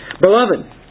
Beloved